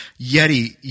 Yeti